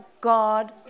God